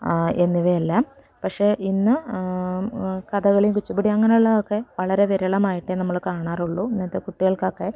എന്നിവയല്ല പക്ഷേ ഇന്ന് കഥകളിയും കുച്ചിപ്പിടിയും അങ്ങനെയുള്ളതൊക്കെ വളരെ വിരളമായിട്ടേ നമ്മൾ കാണാറുള്ളൂ ഇന്നത്തെ കുട്ടികൾക്കൊക്കെ